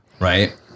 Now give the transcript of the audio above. right